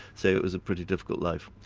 say it was a pretty difficult life.